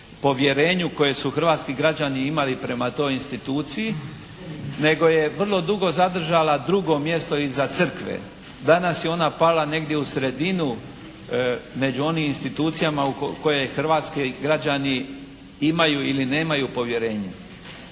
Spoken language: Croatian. povjerenju koje su hrvatski građani imali prema toj instituciji nego je vrlo dugo zadržala drugo mjesto iza crkve. Danas je ona pala negdje u sredinu među onim institucijama koje hrvatski građani imaju ili nemaju povjerenje.